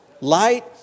Light